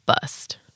bust